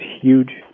huge